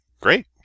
great